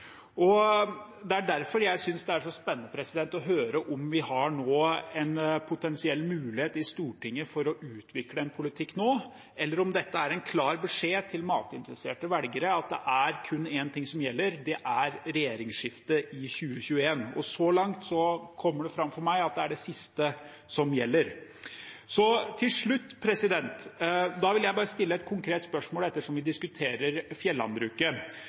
Det er derfor jeg synes det er så spennende å høre om vi har en potensiell mulighet i Stortinget for å utvikle en politikk nå, eller om dette er en klar beskjed til matinteresserte velgere om at det er kun én ting som gjelder, og det er regjeringsskifte i 2021. Så langt framstår det for meg som at det er det siste som gjelder. Til slutt vil jeg bare stille et konkret spørsmål, ettersom vi diskuterer fjellandbruket: